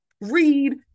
read